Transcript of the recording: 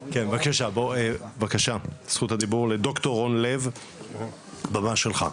בבקשה, זכות הדיבור לד"ר רון לב, הבמה שלך.